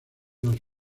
las